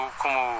como